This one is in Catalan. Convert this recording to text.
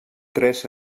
tres